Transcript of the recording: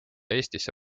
eestisse